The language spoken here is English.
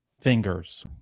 fingers